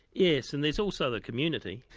yes, and there's also the community.